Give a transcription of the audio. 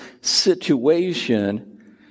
situation